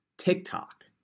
TikTok